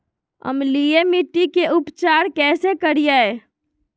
अम्लीय मिट्टी के उपचार कैसे करियाय?